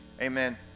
amen